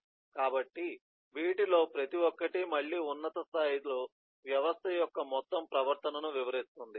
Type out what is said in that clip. కాబట్టి వీటిలో ప్రతి ఒక్కటి మళ్ళీ ఉన్నత స్థాయిలో వ్యవస్థ యొక్క మొత్తం ప్రవర్తనను వివరిస్తుంది